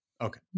Okay